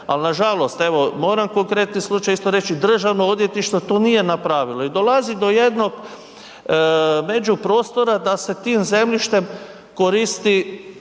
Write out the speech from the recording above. al nažalost evo moram konkretni slučaj isto reći, državno odvjetništvo to nije napravilo i dolazi do jednog međuprostora da se tim zemljištem koristi,